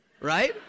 Right